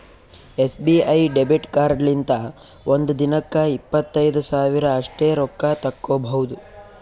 SBI debit ಕಾರ್ಡ್ಲಿಂತ ಒಂದ್ ದಿನಕ್ಕ ಇಪ್ಪತ್ತೈದು ಸಾವಿರ ಅಷ್ಟೇ ರೊಕ್ಕಾ ತಕ್ಕೊಭೌದು